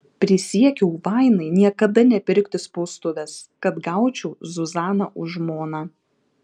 prisiekiau vainai niekada nepirkti spaustuvės kad gaučiau zuzaną už žmoną